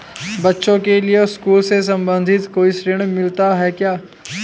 बच्चों के लिए स्कूल से संबंधित कोई ऋण मिलता है क्या?